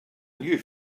new